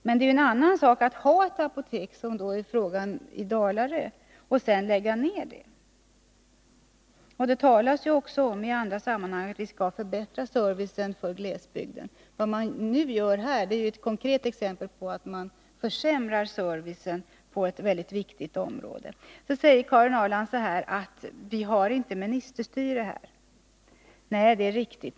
Men en annan sak är att lägga ner ett apotek på en ort där ett sådant finns, som i fråga om Dalarö. Det talas ju också i andra sammanhang om att vi skall förbättra servicen i glesbygden. Vad man nu gör här innebär ett konkret exempel på att man försämrar servicen på ett mycket viktigt område. Karin Ahrland säger sedan att vi inte har ministerstyre i Sverige. Det är riktigt.